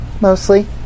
mostly